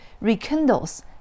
rekindles